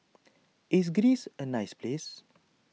is Greece a nice place